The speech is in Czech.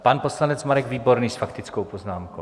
Pan poslanec Marek Výborný s faktickou poznámkou.